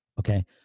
Okay